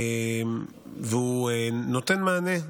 והוא נותן מענה,